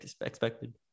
expected